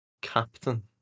captain